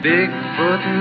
Bigfoot